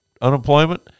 unemployment